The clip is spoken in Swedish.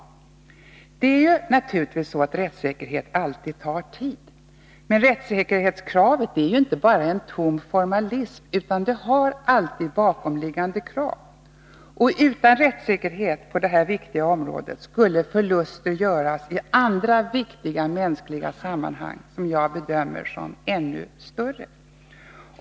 Rättssäkerhet tar naturligtvis alltid tid att iaktta. Men rättssäkerhetskravet är inte bara en tom formalism utan det har alltid bakomliggande motiv. Utan rättssäkerhet på detta viktiga område skulle förluster göras i andra mänskliga sammanhang som jag bedömer som ännu svårare.